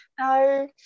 No